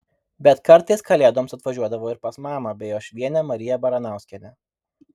bet kartais kalėdoms atvažiuodavo ir pas mamą bei uošvienę mariją baranauskienę